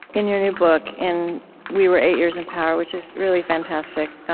in your new book, in we were eight years in power, which is really fantastic.